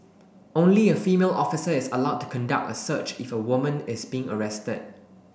only a female officer is allowed to conduct a search if a woman is being arrested